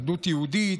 אחדות יהודית,